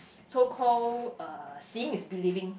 so called uh seeing is believing